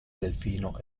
delfino